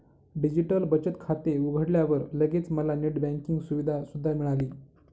digital बचत खाते उघडल्यावर लगेच मला नेट बँकिंग सुविधा सुद्धा मिळाली